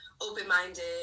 open-minded